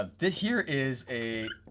ah this here is a,